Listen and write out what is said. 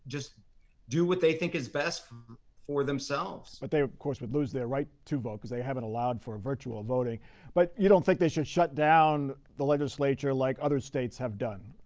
just do what they think is best for for themselves. but they, of course, would lose their right to vote because they haven't allowed for virtual voting but you don't think they should shut down the legislature like other states have done?